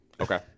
Okay